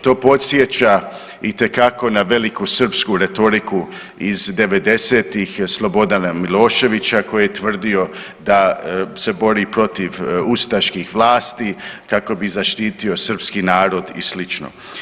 To podsjeća itekako na velikosrpsku retoriku iz '90.-tih Slobodana Miloševića koji je tvrdio da se bori protiv ustaških vlasti kako bi zaštitio srpski narod i slično.